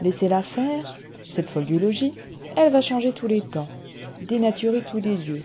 laissez-la faire cette folle du logis elle va changer tous les temps dénaturer tous les lieux